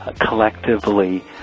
collectively